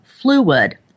fluid